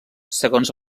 segons